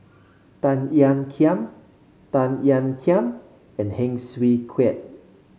Tan Ean Kiam Tan Ean Kiam and Heng Swee Keat